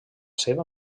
seva